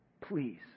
Please